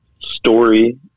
story